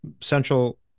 central